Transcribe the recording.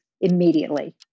immediately